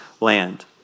land